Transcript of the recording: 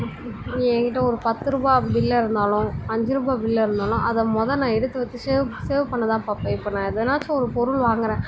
இப்போ என் கிட்டே ஒரு பத்து ரூபாய் பில்லாக இருந்தாலும் அஞ்சு ரூபாய் பில்லாக இருந்தாலும் அதை மொதல் நான் எடுத்து வச்சு சேவ் சேவ் பண்ண தான் பார்ப்பேன் இப்போ நான் எதனாச்சும் ஒரு பொருள் வாங்குகிறேன்